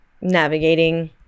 navigating